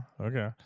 Okay